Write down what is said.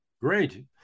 Great